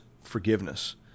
forgiveness